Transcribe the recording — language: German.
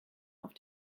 auf